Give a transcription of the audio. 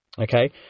Okay